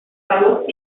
valor